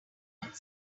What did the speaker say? garden